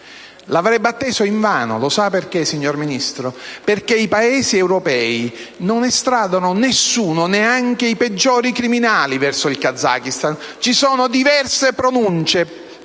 L'avrebbe atteso invano. Lo sa perché, signor Ministro? Perché i Paesi europei non estradano nessuno, neanche i peggiori criminali, verso il Kazakistan. Ci sono diverse pronunce